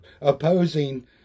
opposing